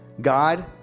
God